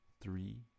three